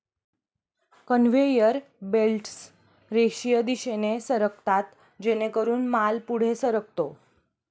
conveyor belts रेषीय दिशेने सरकतात जेणेकरून माल पुढे सरकतो